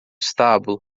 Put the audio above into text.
estábulo